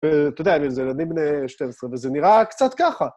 ואתה יודע, זה ילדים בן 12, וזה נראה קצת ככה.